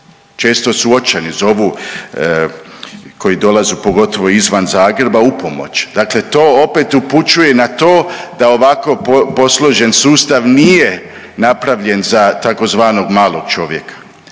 često su očajni, zovu koji dolaze pogotovo izvan Zagreba upomoć. Dakle, to opet upućuje na to da ovako posložen sustav nije napravljen za tzv. malog čovjeka,